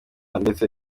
ndetse